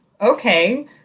okay